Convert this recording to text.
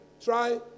try